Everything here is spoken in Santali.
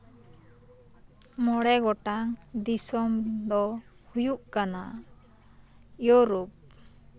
ᱢᱚᱬᱮ ᱜᱚᱴᱟᱝ ᱫᱤᱥᱚᱢ ᱫᱚ ᱦᱩᱭᱩᱜ ᱠᱟᱱᱟ ᱤᱭᱳᱨᱳᱯ